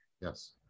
Yes